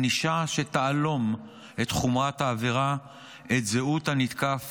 ענישה שתהלום את חומרת העבירה ואת זהות הנתקף